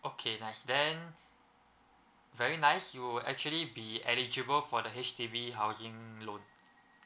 okay nice then very nice you'll actually be eligible for the H_D_B housing loan